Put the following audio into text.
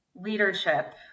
leadership